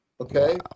okay